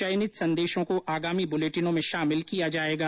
चयनित संदेशों को आगामी बुलेटिनों में शामिल किया जाएगा